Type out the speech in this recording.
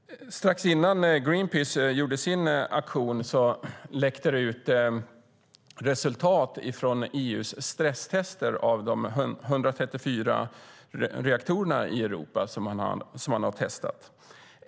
Strax innan Greenpeace gjorde sin aktion läckte resultat ut från EU:s stresstester av 134 reaktorer i Europa.